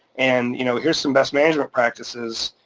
and you know here's some best management practices,